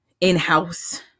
in-house